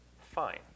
fine